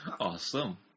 Awesome